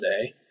today